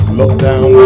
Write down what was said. lockdown